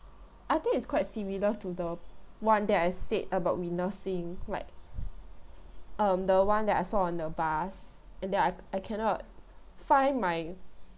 I think it's quite similar to the one that I said about witnessing like um the one that I saw on the bus and that I I cannot find my